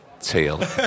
tail